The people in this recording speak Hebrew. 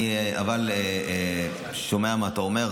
אני שומע מה אתה אומר.